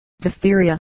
diphtheria